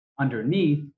underneath